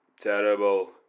Terrible